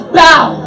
bow